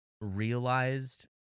realized